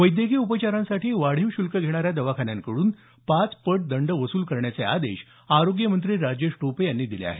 वैद्यकीय उपचारांसाठी वाढीव शुल्क घेणाऱ्या दवाखान्यांकडून पाच पट दंड वसूल करण्याचे आदेश आरोग्य मंत्री राजेश टोपे यांनी दिले आहेत